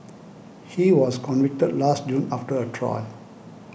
he was convicted last June after a trial